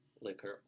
liquor